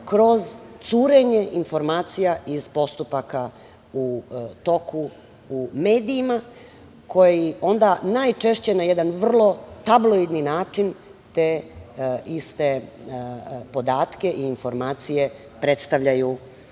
kroz curenje informacija iz postupaka u toku, u medijima koji onda najčešće na jedan vrlo tabloidni način te iste podatke informacije predstavljaju